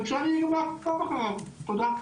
תודה.